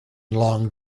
long